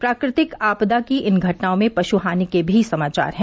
प्रकृतिक आपदा की इन घटनाओं में पश् हानि के भी समाचार हैं